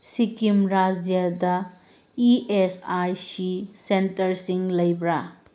ꯁꯤꯀꯤꯝ ꯔꯥꯏꯖ꯭ꯌꯗ E S I C ꯁꯦꯟꯇꯔꯁꯤꯡ ꯂꯩꯕ꯭ꯔꯥ